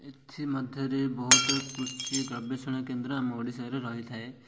ଏଥିମଧ୍ୟରେ ବହୁତ କୃଷି ଗବେଷଣା କେନ୍ଦ୍ର ଆମ ଓଡ଼ିଶାରେ ରହିଥାଏ